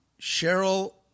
Cheryl